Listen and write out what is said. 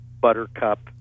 buttercup